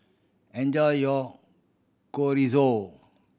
enjoy your Chorizo